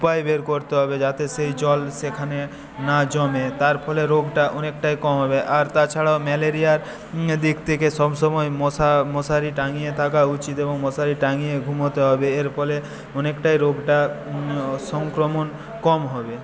উপায় বের করতে হবে যাতে সেই জল সেখানে না জমে তার ফলে রোগটা অনেকটাই কম হবে আর তাছাড়াও ম্যালেরিয়ার দিক থেকে সবসময় মশা মশারি টাঙিয়ে থাকা উচিত এবং মশারি টাঙিয়ে ঘুমাতে হবে এর ফলে অনেকটাই রোগটা সংক্রমণ কম হবে